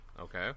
Okay